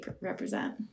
represent